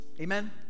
Amen